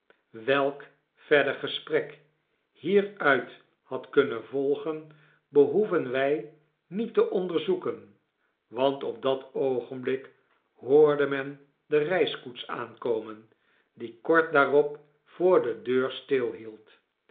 welk verder gesprek hieruit had kunnen volgen behoeven wij niet te onderzoeken want op dat oogenblik hoorde men de reiskoets aankomen die kort daarop voor de deur